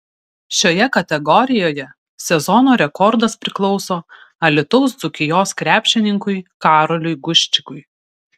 šioje kategorijoje sezono rekordas priklauso alytaus dzūkijos krepšininkui karoliui guščikui